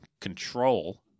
Control-